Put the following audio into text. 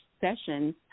sessions